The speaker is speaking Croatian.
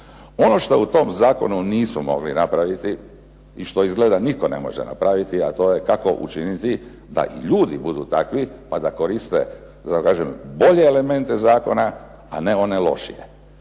Ono što u tom zakonu nismo mogli napraviti i što izgleda nitko ne može napraviti a to je kako učiniti da i ljudi budu takvi pa da koriste da tako kažem bolje elemente zakona a ne one lošije.